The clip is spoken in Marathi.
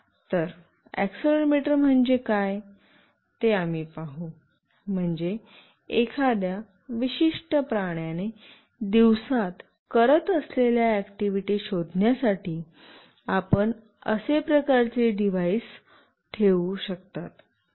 तर अक्सेलोरेमीटर म्हणजे काय ते आम्ही पाहू म्हणजे एखाद्या विशिष्ट प्राण्याने दिवसात करत असलेल्या ऍक्टिव्हिटी शोधण्यासाठी आपण असे प्रकारचे डिव्हाइस ठेवू शकता